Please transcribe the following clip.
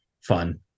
fun